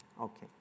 Okay